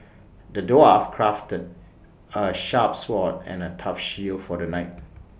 the dwarf crafted A sharp sword and A tough shield for the knight